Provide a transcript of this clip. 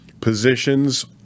positions